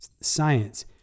science